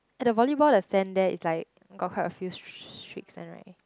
at the volleyball the sand there is like got quite few streaks one right